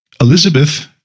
Elizabeth